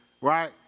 Right